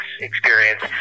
experience